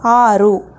ಆರು